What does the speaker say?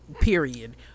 Period